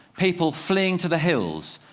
people fleeing to the hills,